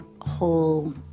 whole